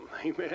Amen